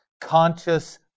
conscious